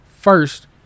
first